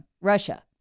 Russia